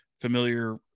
familiar –